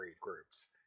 groups